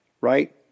right